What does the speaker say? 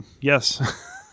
Yes